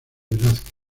velázquez